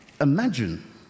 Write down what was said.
Imagine